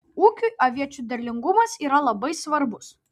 ūkiui aviečių derlingumas yra labai svarbus